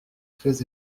très